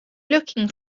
looking